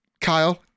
Kyle